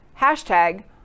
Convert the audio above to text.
Hashtag